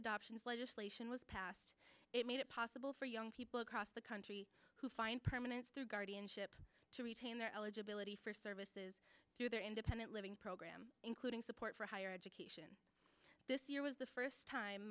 adoption legislation was passed it made it possible for young people across the country who find permanent guardianship to retain their eligibility for services through their independent living program including support for higher education this year was the first time